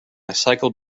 cycled